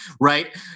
Right